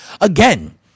again